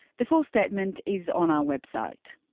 the full statement is on our website.